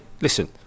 listen